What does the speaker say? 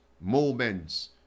moments